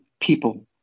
people